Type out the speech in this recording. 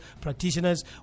practitioners